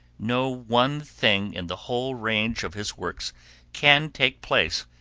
no one thing in the whole range of his works can take place,